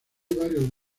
varios